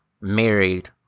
married